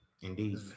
Indeed